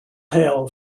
hail